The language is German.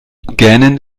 gähnen